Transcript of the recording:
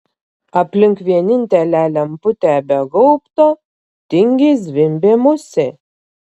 aplink vienintelę lemputę be gaubto tingiai zvimbė musė